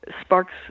sparks